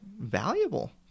valuable